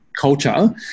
culture